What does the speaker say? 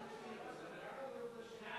בנושא של הבטיחות בדרכים.